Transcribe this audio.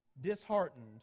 disheartened